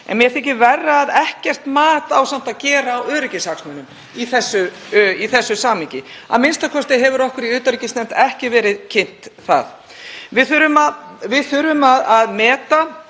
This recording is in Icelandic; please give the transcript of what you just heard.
en mér þykir verra að ekkert mat á samt að gera á öryggishagsmunum í þessu samhengi, a.m.k. hefur okkur í utanríkismálanefnd ekki verið kynnt það. Við þurfum að meta